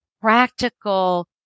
practical